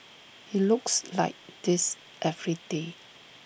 he looks like this every day